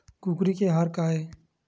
कुकरी के आहार काय?